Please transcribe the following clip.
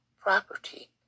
property